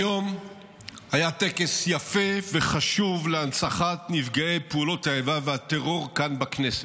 היום היה טקס יפה וחשוב להנצחת נפגעי פעולות האיבה והטרור כאן בכנסת.